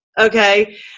Okay